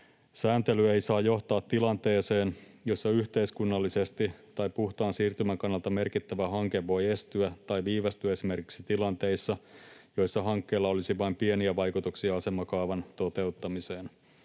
Sääntely ei saa johtaa tilanteeseen, jossa yhteiskunnallisesti tai puhtaan siirtymän kannalta merkittävä hanke voi estyä tai viivästyä esimerkiksi tilanteissa, joissa hankkeella olisi vain pieniä vaikutuksia asemakaavan toteuttamiseen.